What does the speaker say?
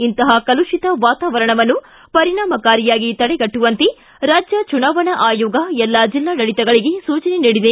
ಇಂತಹ ಕಲುಷಿತ ವಾತಾವರಣವನ್ನು ಪರಿಣಾಮಕಾರಿಯಾಗಿ ತಡೆಗಟ್ಟುವಂತೆ ರಾಜ್ಯ ಚುನಾವಣಾ ಆಯೋಗ ಎಲ್ಲಾ ಜಿಲ್ಲಾಡಳಿತಗಳಿಗೆ ಸೂಚನೆ ನೀಡಿದೆ